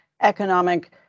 economic